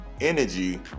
energy